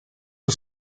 des